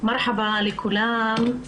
שלום לכולם.